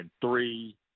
three